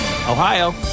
Ohio